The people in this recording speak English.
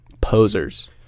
posers